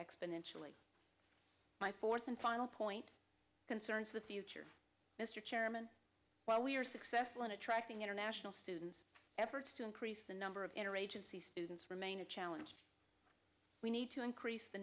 exponentially my fourth and final point concerns with the mr chairman while we are successful in attracting international students efforts to increase the number of interagency students remain a challenge we need to increase the